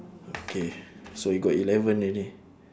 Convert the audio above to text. okay so we got eleven already